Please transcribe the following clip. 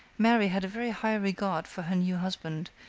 mary had a very high regard for her new husband,